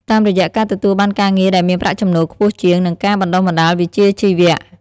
តាមរយៈការទទួលបានការងារដែលមានប្រាក់ចំណូលខ្ពស់ជាង និងការបណ្ដុះបណ្ដាលវិជ្ជាជីវៈ។